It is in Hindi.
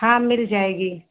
हाँ मिल जाएगी